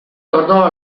tornò